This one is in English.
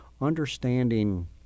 understanding